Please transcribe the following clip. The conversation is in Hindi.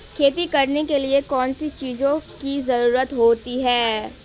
खेती करने के लिए कौनसी चीज़ों की ज़रूरत होती हैं?